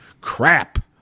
crap